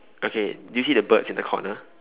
okay do you see the birds in the corner